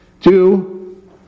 Two